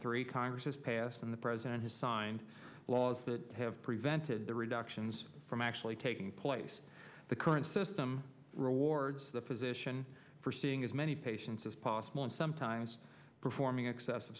three congress has passed and the president has signed laws that have prevented the reductions from actually taking place the current system rewards the physician for seeing as many patients as possible and sometimes performing excessive